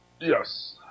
Yes